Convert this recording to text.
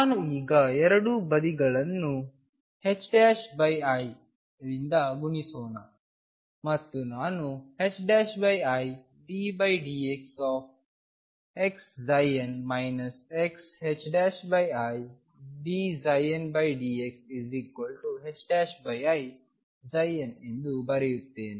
ನಾನು ಈಗ ಎರಡೂ ಬದಿಗಳನ್ನು i ರಿಂದ ಗುಣಿಸೋಣ ಮತ್ತು ನಾನು i ddxxn xi dndxi n ಎಂದು ಬರೆಯುತ್ತೇನೆ